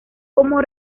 como